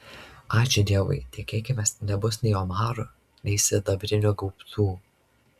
ačiū dievui tikėkimės nebus nei omarų nei sidabrinių gaubtų